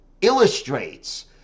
illustrates